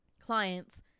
clients